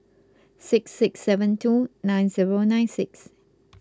six six seven two nine zero nine six